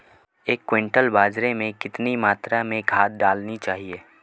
एक क्विंटल बाजरे में कितनी मात्रा में खाद डालनी चाहिए?